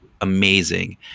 amazing